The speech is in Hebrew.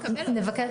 אבל הצפון מקבל.